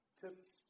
tips